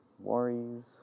worries